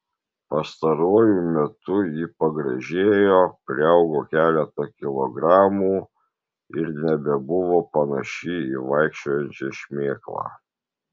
pastaruoju metu ji pagražėjo priaugo keletą kilogramų ir nebebuvo panaši į vaikščiojančią šmėklą